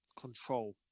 control